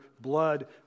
blood